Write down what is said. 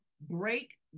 break